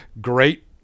great